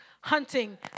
hunting